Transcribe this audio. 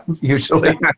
usually